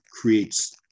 creates